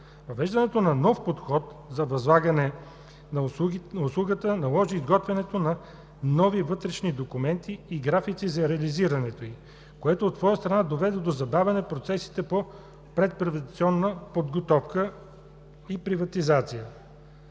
Въвеждането на нов подход за възлагане на услугата наложи изготвянето на нови вътрешни документи и графици на реализирането им, което от своя страна доведе до забавяне процесите по предприватизационна подготовка и приватизация.